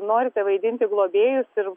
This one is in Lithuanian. norite vaidinti globėjus ir